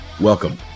Welcome